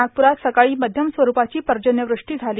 नागपुरात सकाळी मध्यम स्वरूपाची पर्जन्यवृष्टी झाली